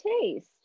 taste